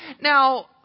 Now